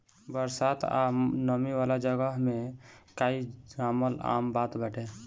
बरसात आ नमी वाला जगह में काई जामल आम बात बाटे